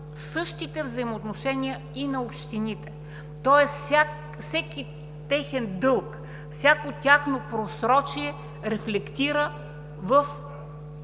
същите взаимоотношения и на общините. Всеки техен дълг, всяко тяхно просрочие, рефлектира в